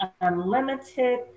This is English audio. Unlimited